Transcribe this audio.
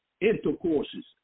Intercourses